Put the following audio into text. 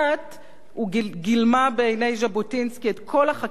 גילמה בעיני ז'בוטינסקי את כל החקיקה שמגינה